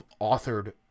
authored